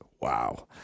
wow